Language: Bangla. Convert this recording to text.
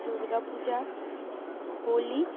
দুর্গা পূজা হোলি